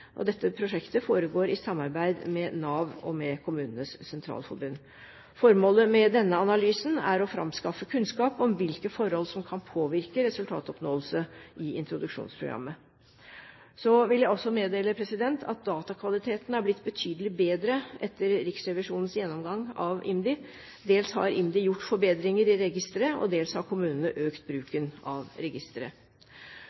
Dette prosjektet foregår i samarbeid med Nav og KS. Formålet med denne analysen er å framskaffe kunnskap om hvilke forhold som kan påvirke resultatoppnåelse i introduksjonsprogrammet. Så vil jeg også meddele at datakvaliteten er blitt betydelig bedre etter Riksrevisjonens gjennomgang av IMDi. Dels har IMDi gjort forbedringer i registeret, og dels har kommunene økt